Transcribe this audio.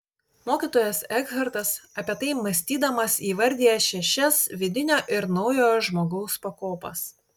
mokytojas ekhartas apie tai mąstydamas įvardija šešias vidinio ir naujojo žmogaus pakopas